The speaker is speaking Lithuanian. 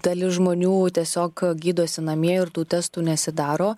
dalis žmonių tiesiog gydosi namie ir tų testų nesidaro